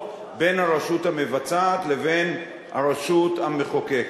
בין הרשות המבצעת לבין הרשות המחוקקת,